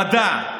במדע,